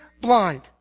blind